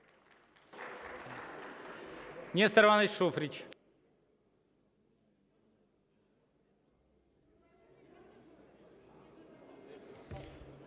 Нестор Іванович Шуфрич.